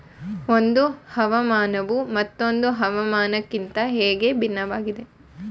ಒಂದು ಹವಾಮಾನವು ಮತ್ತೊಂದು ಹವಾಮಾನಕಿಂತ ಹೇಗೆ ಭಿನ್ನವಾಗಿದೆ?